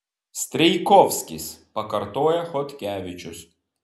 strijkovskis pakartoja chodkevičius